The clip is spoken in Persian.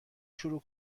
شروع